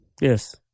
Yes